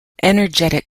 energetic